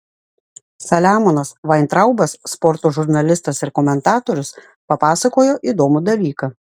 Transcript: saliamonas vaintraubas sporto žurnalistas ir komentatorius papasakojo įdomų dalyką